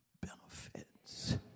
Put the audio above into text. benefits